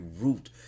root